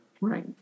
Right